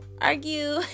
Argue